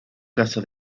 casa